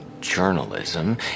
journalism